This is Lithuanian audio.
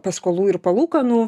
paskolų ir palūkanų